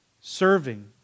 Serving